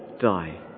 die